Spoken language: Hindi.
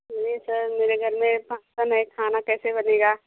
नहीं सर मेरे घर में खाना कैसे बनेगा